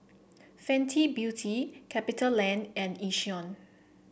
Fenty Beauty Capitaland and Yishion